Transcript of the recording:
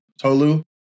Tolu